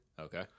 Okay